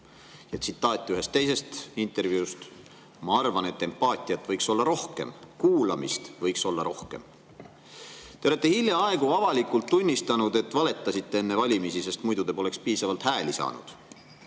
Tsitaat ühest teisest intervjuust: "Ma arvan, et empaatiat võiks olla rohkem, kuulamist võiks olla rohkem." Te olete hiljaaegu avalikult tunnistanud, et valetasite enne valimisi, sest muidu te poleks piisavalt hääli saanud.